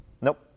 Nope